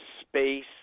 space